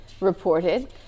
reported